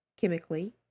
chemically